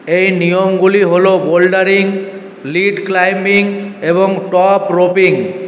এই নিয়মগুলি হল বোল্ডারিং লিড ক্লাইম্বিং এবং টপ রোপিং